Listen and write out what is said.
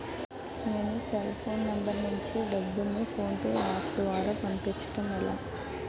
నేను cell phone number నుంచి డబ్బును ను ఫోన్పే అప్ ద్వారా పంపించడం ఎలా?